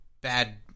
bad